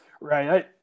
Right